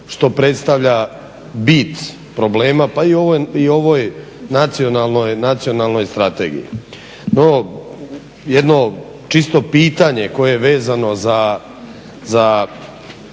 što predstavlja bit problema, pa i u ovoj nacionalnoj strategiji. No jedno čisto pitanje koje je vezano za